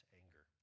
anger